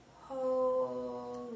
holy